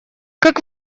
как